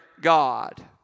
God